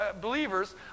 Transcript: believers